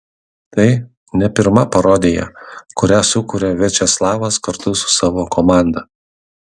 tai ne pirma parodija kurią sukuria viačeslavas kartu su savo komanda